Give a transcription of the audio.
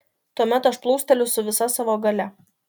tuomet aš plūsteliu su visa savo galia